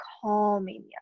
calming